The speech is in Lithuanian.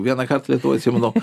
vienąkart lietuvoj atsimenu